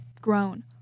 grown